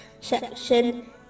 section